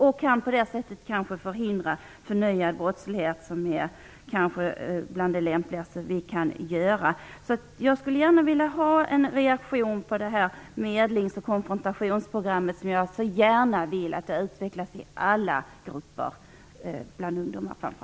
På det sättet kan man kanske förhindra förnyad brottslighet. Jag skulle gärna vilja få en reaktion på det medlings och konfrontationsprogram som jag önskar kunde utvecklas i alla grupper - framför allt bland ungdomar.